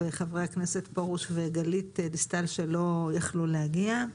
וחברי הכנסת פרוש וגלית דיסטל שלא יכלו להגיע.